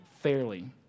fairly